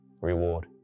reward